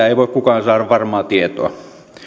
ei voi kukaan saada varmaa tietoa